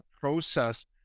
process